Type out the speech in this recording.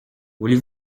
voulez